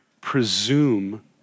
presume